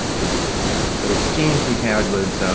the the exchange we had was,